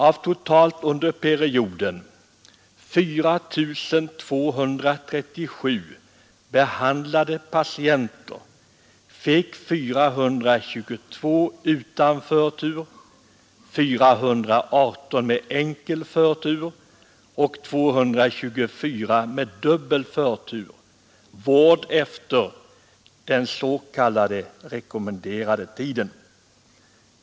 Av totalt 4 237 under perioden behandlade patienter fick 422 utan förtur, 418 med enkel förtur och 224 med dubbel förtur vård efter den s.k. rekommenderade tiden.